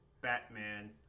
Batman